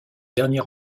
dernier